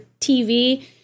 TV